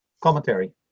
commentary